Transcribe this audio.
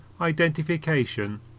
identification